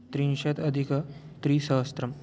त्रिंशत् अधिकं त्रिसहस्रम्